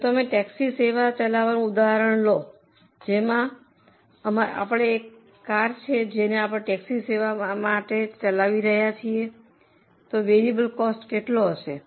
જો તમે ટેક્સી સેવા ચલાવવાનું ઉદાહરણ લો તો અમારી પાસે એક કાર છે અમે ટેક્સી સેવા ચલાવી રહ્યા છીએ વેરિયેબલ કોસ્ટ કેટલો હશે